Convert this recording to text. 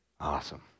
Awesome